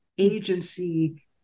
agency